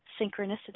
synchronicity